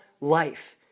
life